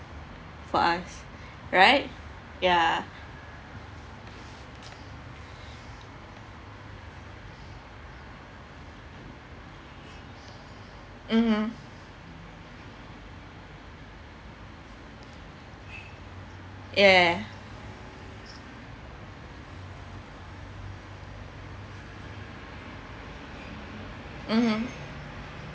for us right ya mmhmm yeah mmhmm